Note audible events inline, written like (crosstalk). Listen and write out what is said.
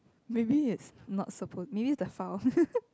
maybe it's not support maybe the file (laughs)